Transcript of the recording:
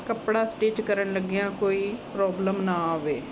ਕੱਪੜਾ ਸਟਿਚ ਕਰਨ ਲੱਗਿਆਂ ਕੋਈ ਪ੍ਰੋਬਲਮ ਨਾ ਆਵੇ